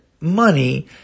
money